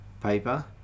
paper